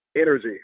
energy